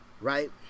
right